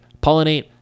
Pollinate